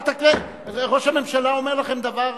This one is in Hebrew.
ראש הממשלה אומר לכם דבר,